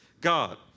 God